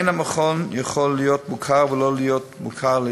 המכון אינו יכול להיות מוכר או מוכר להתמחות.